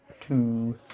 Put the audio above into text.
two